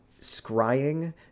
Scrying